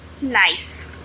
Nice